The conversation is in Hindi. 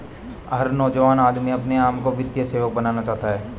हर नौजवान आदमी अपने आप को वित्तीय सेवक बनाना चाहता है